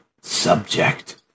subject